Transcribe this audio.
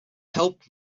helped